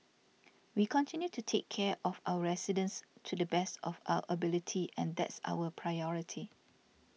we continue to take care of our residents to the best of our ability and that's our priority